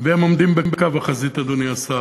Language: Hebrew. והם עומדים בקו החזית, אדוני השר,